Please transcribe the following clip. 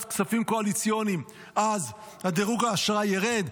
כספים קואליציוניים אז דירוג האשראי יורד,